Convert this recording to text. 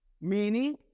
meaning